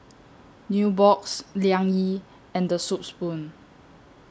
Nubox Liang Yi and The Soup Spoon